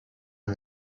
and